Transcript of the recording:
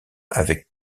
avec